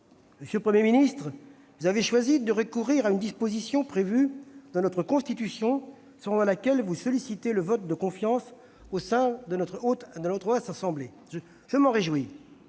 Monsieur le Premier ministre, vous avez choisi de recourir à une disposition prévue dans notre Constitution pour solliciter un vote de confiance de la Haute Assemblée. Je m'en réjouis,